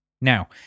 Now